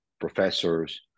professors